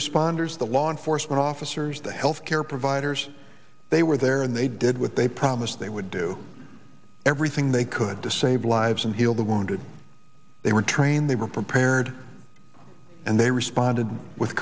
responders the law enforcement officers the health care providers they were there and they did what they promised they would do everything they could to save lives and heal the wounded they were trained they were prepared and they responded with